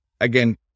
again